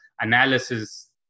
analysis